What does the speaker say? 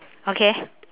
okay